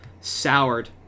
soured